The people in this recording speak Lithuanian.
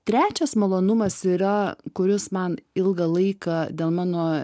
trečias malonumas yra kuris man ilgą laiką dėl mano